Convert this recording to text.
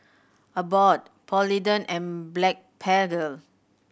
Abbott Polident and Blephagel